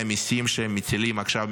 מהמיסים שמטילים עכשיו,